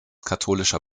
katholischer